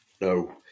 No